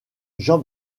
jean